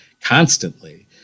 constantly